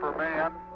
man